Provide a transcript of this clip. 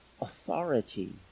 authority